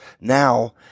Now